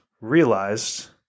realized